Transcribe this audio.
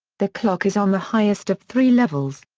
the clock is on the highest of three levels.